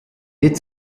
did